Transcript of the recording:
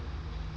哪一个